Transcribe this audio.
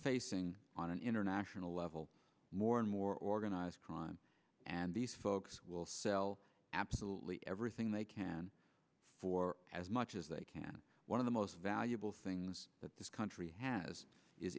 facing on an international level more and more organized crime and these folks will sell absolutely everything they can for as much as they can one of the most valuable things that this country has is